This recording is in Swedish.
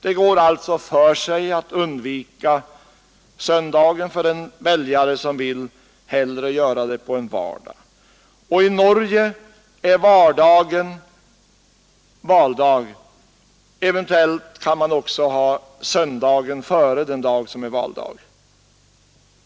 Det går alltså för sig att undvika söndagen för en väljare som hellre vill avge sin röst på en vardag. I Norge är vardagen valdag, eventuellt också söndagen före den dag som är valdag.